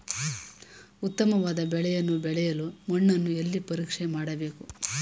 ಉತ್ತಮವಾದ ಬೆಳೆಯನ್ನು ಬೆಳೆಯಲು ಮಣ್ಣನ್ನು ಎಲ್ಲಿ ಪರೀಕ್ಷೆ ಮಾಡಬೇಕು?